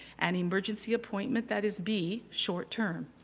an emergency appointment that is b, short term.